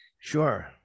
Sure